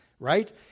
right